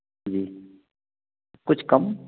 जी कुछ कम